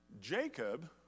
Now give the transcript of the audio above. Jacob